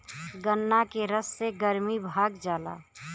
गन्ना के रस से गरमी भाग जाला